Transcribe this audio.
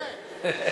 כן.